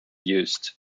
used